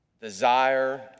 desire